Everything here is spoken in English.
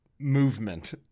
Movement